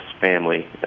family